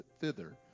thither